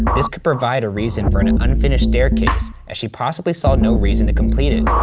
this could provide a reason for an and unfinished staircase as she possibly saw no reason to complete it.